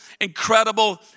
incredible